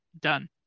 done